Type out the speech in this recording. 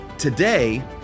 Today